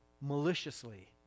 maliciously